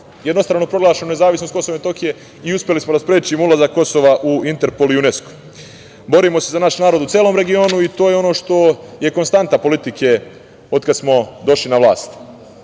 jednostranu proglašenu nezavisnost KiM i uspeli smo da sprečimo ulazak Kosova u Interpol i UNESKO.Borimo se za naš narod u celom regionu i to je ono što je konstanta politike od kada smo došli na vlast.